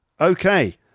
Okay